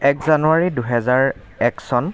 এক জানুৱাৰী দুহেজাৰ এক চন